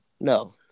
No